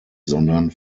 sondern